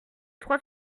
trois